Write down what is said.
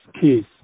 case